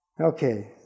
Okay